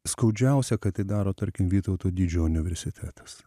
skaudžiausia kad tai daro tarkim vytauto didžiojo universitetas